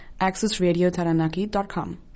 accessradiotaranaki.com